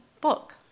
book